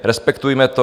Respektujme to.